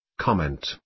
Comment